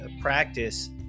practice